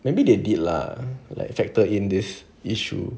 maybe they did lah like factor in this issue